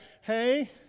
hey